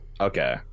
Okay